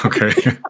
okay